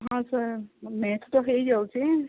ହଁ ସାର୍ ମେଥ୍ ତ ହେଇଯାଉଛି